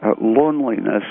loneliness